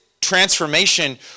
transformation